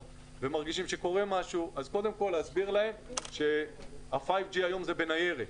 ומרגישים שקורה משהו קודם כל להסביר להם שה-5G היום הוא בניירת,